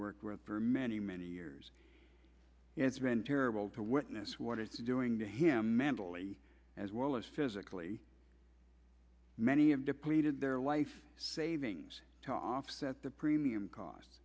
worked with for many many years it's been terrible to witness what is doing to him mentally as well as physically many of depleted their life savings to offset the premium cost